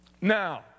Now